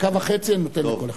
דקה וחצי אני נותן לכל אחד.